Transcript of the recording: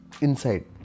inside